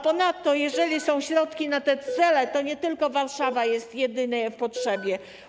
Ponadto, jeżeli są środki na te cele, to nie tylko Warszawa jest w potrzebie.